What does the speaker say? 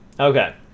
okay